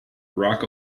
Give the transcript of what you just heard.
barack